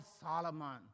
Solomon